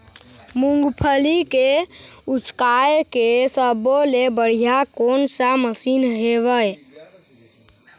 मूंगफली के उसकाय के सब्बो ले बढ़िया कोन सा मशीन हेवय?